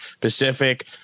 Pacific